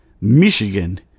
Michigan